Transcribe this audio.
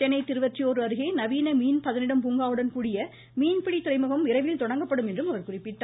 சென்னை திருவொற்றியூர் அருகே நவீன மீன் பதனிடும் பூங்காவுடன் கூடிய மீன்பிடி துறைமுகம் விரைவில் தொடங்கப்படும் என்றும் அவர் குறிப்பிட்டார்